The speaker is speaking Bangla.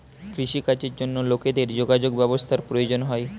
কৃষি কাজের জন্য লোকেদের যোগাযোগ ব্যবস্থার প্রয়োজন হয়